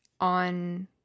on